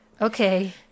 Okay